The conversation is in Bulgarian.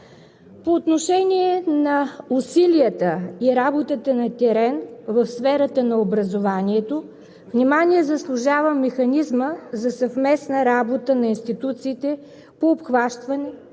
По отношение на усилията и работата на терен в сферата на образованието внимание заслужава механизмът за съвместна работа на институциите по обхващане,